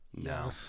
No